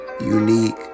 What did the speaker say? unique